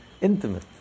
intimate